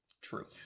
True